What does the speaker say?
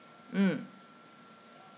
mm